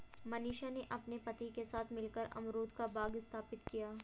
मनीषा ने अपने पति के साथ मिलकर अमरूद का बाग स्थापित किया